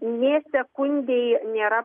nė sekundei nėra